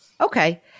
Okay